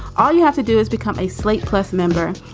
all you have to do is become a slate plus member.